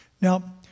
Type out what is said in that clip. Now